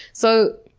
so,